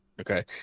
Okay